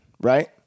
right